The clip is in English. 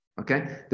Okay